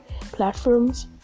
platforms